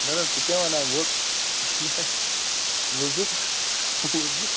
مےٚ دوٚپ ژٕ کیٛاہ ووٚت